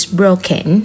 broken